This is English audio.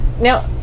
Now